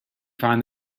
find